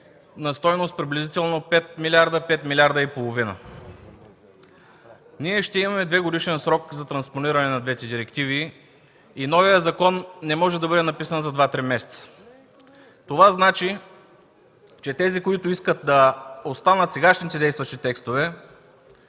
на стойност приблизително 5-5,5 милиарда. Ще имаме двегодишен срок за транспониране на двете директиви и новият закон не може да бъде написан за два-три месеца. Това означава, че тези, които искат да останат сега действащите текстове,